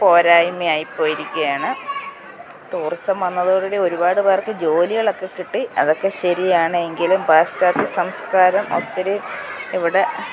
പോരായ്മയായിപ്പോയിരിക്കുകയാണ് tourism വന്നതോടു കൂടി ഒരുപാട് പേർക്ക് ജോലികളൊക്കെ കിട്ടി അതൊക്കെ ശരിയാണ് എങ്കിലും പാശ്ചാത്യ സംസ്കാരം ഒത്തിരി ഇവിടെ